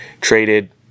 traded